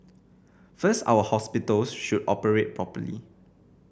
first our hospitals should operate properly